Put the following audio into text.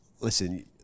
Listen